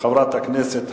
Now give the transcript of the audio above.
חברי חברי הכנסת,